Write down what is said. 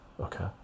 okay